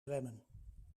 zwemmen